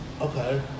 Okay